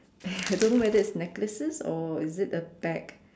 I don't know whether is necklaces or is it a bag